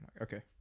Okay